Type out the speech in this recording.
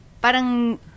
Parang